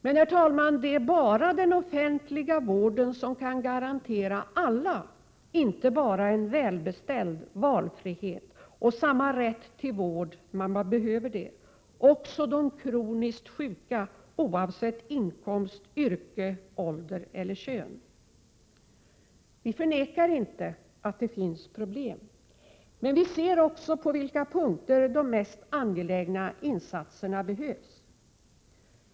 Men, herr talman, bara den offentliga vården kan garantera alla, inte bara de välbeställda, valfrihet och samma rätt till vård också för de kroniskt sjuka, oavsett inkomst, yrke, ålder och kön. Vi förnekar inte att det finns problem, men vi ser också på vilka punkter de mest angelägna insatserna behövs.